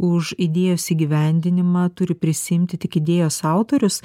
už idėjos įgyvendinimą turi prisiimti tik idėjos autorius